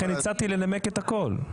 הצעתי לנמק את הכול.